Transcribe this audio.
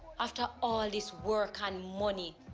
after all this work and money?